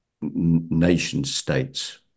nation-states